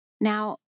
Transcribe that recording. Now